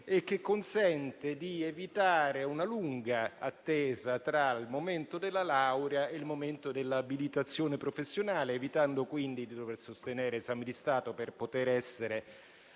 e consente di evitare una lunga attesa tra il momento della laurea e quello dell'abilitazione professionale, evitando quindi ai giovani di dover sostenere esami di stato per poter entrare